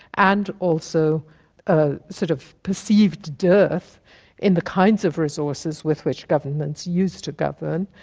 and also a sort of perceived dearth in the kinds of resources with which governments used to govern.